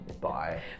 bye